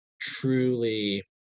truly